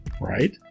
right